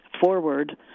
forward